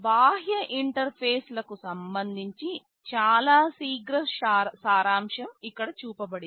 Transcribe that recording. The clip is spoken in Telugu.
బాహ్య ఇంటర్ఫేస్లకు సంబంధించి చాలా శీఘ్ర సారాంశం ఇక్కడ చూపబడింది